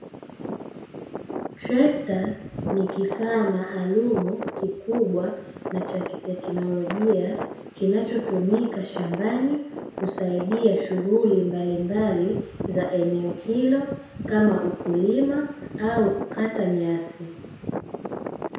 Trekta ni kifaa maalumu kikubwa na cha kiteknolojia kinachotumika shambani, kusaidia shughuli mbalimbali za eneo hilo kama ukulima au kukata nyasi.